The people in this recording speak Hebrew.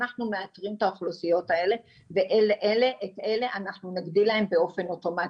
אנחנו מאתרים את האוכלוסיות האלה ולאלה אנחנו נגדיל להם באופן אוטומטי,